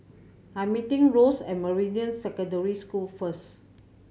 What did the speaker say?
I meeting Ross at Meridian Secondary School first